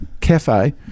cafe